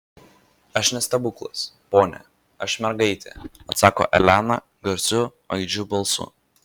aš ne stebuklas pone aš mergaitė atsako elena garsiu aidžiu balsu